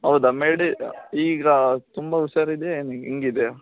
ಹೌದ ಮೆಡಿ ಈಗ ತುಂಬ ಹುಷಾರಿದೆ ಹೆಂಗಿದೆ